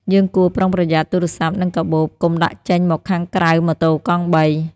យើងគួរប្រុងប្រយ័ត្នទូរស័ព្ទ និងកាបូប កុំដាក់ចេញមកខាងក្រៅម៉ូតូកង់បី។